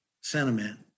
sentiment